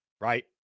right